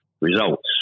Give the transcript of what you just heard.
results